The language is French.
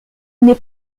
n’est